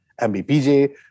MBPJ